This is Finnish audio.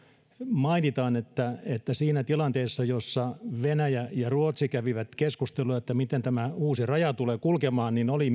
mainitaan että että siinä tilanteessa jossa venäjä ja ruotsi kävivät keskustelua miten tämä uusi raja tulee kulkemaan keskustelussa oli